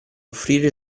offrire